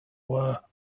were